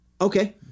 Okay